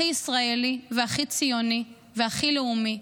הכי ישראלי והכי ציוני והכי לאומי,